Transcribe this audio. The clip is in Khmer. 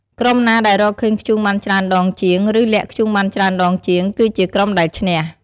ក្រុមណាដែលរកឃើញធ្យូងបានច្រើនដងជាង ឬលាក់ធ្យូងបានច្រើនដងជាង គឺជាក្រុមដែល ឈ្នះ។